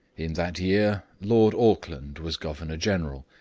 in that year lord auckland was governor-general,